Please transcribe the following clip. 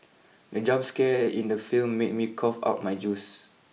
the jump scare in the film made me cough out my juice